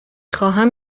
خواهم